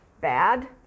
bad